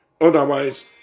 Otherwise